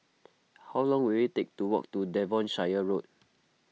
how long will it take to walk to Devonshire Road